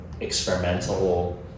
experimental